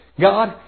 God